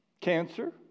cancer